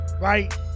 right